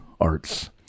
arts